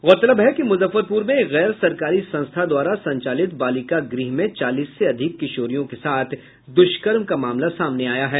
गौरतलब है कि मुजफ्फरपुर में एक गैर सरकारी संस्था द्वारा संचालित बालिका गृह में चालीस से अधिक किशोरियों के साथ दुष्कर्म का मामला सामने आया है